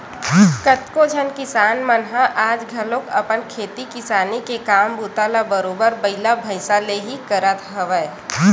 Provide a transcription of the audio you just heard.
कतको झन किसान मन ह आज घलो अपन खेती किसानी के काम बूता ल बरोबर बइला भइसा ले ही करत हवय